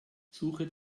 suche